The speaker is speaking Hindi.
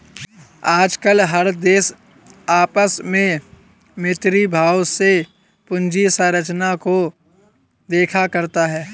आजकल हर देश आपस में मैत्री भाव से पूंजी संरचना को देखा करता है